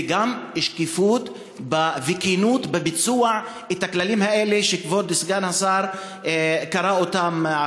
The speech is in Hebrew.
וגם שקיפות וכנות בביצוע הכללים שכבוד סגן השר קרא אותם.